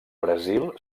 brasil